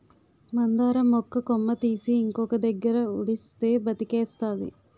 మందార మొక్క కొమ్మ తీసి ఇంకొక దగ్గర ఉడిస్తే బతికేస్తాది